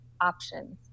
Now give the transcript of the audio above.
options